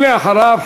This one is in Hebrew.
ולאחריו,